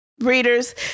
readers